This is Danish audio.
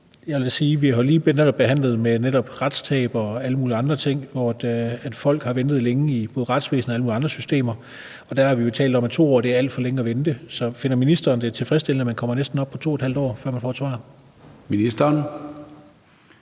retstab og alle mulige andre ting, hvor folk har ventet længe i både retsvæsenet og i alle mulige andre systemer, og der har vi talt om, at 2 år er alt for længe at vente. Så finder ministeren det tilfredsstillende, at man kommer op på næsten 2½ år, før man får et svar? Kl.